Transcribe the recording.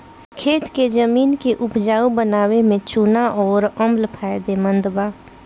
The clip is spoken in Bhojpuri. खेत के जमीन के उपजाऊ बनावे में चूना अउर अम्ल फायदेमंद बा